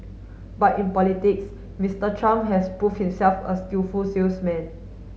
but in politics Mister Trump has proved himself a skillful salesman